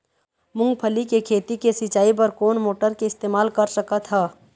मूंगफली के खेती के सिचाई बर कोन मोटर के इस्तेमाल कर सकत ह?